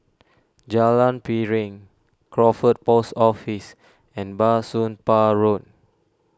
Jalan Piring Crawford Post Office and Bah Soon Pah Road